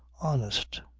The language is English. honest.